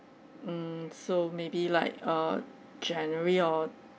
mm so maybe like uh january or